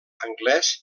anglès